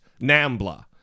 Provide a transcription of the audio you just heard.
NAMBLA